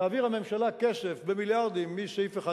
תעביר הממשלה כסף במיליארדים מסעיף אחד